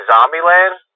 Zombieland